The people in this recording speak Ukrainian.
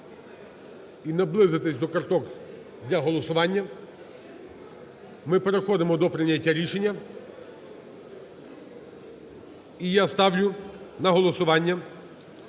і наблизитися до карток для голосування. Ми переходимо до прийняття рішення, і я ставлю на голосування